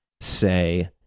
say